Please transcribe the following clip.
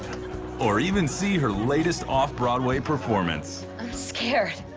or even see her latest off-broadway performance. i'm scared.